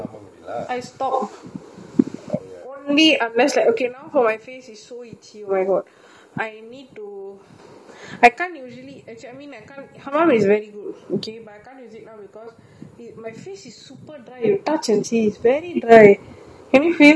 only unless like okay now for my face is so itchy oh my god I need to I can't usually I mean I can't come up with it okay my face is super dry touch and see its very dry can you feel okay your hand is dirty I scared